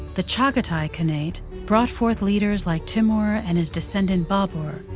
the chagatai khanate brought forth leaders like timur and his descendant babur,